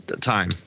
time